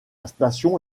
station